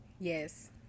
Yes